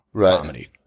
comedy